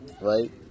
right